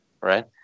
Right